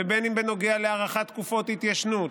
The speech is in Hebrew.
ובין אם בנוגע להארכת תקופות התיישנות